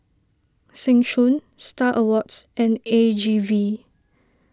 Seng Choon Star Awards and A G V